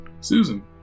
Susan